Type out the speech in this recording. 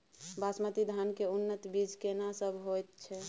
बासमती धान के उन्नत बीज केना सब होयत छै?